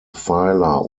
pfeiler